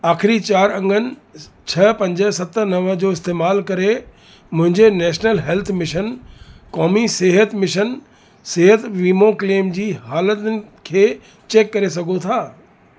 आख़िरी चार अंगनि छह पंज सत नवं जो इस्तेमालु करे मुंहिंजे नैशनल हैल्थ मिशन क़ौमी सेहत मिशन सेहत वीमों क्लेम जी हालतियुनि खे चेक करे सघो था